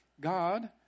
God